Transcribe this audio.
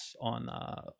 on